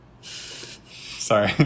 Sorry